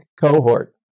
cohort